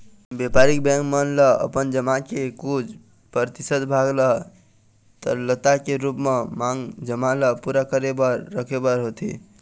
बेपारिक बेंक मन ल अपन जमा के कुछ परतिसत भाग ल तरलता के रुप म मांग जमा ल पुरा करे बर रखे बर होथे